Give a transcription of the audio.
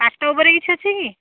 ପାଟ ଉପରେ କିଛି ଅଛି କି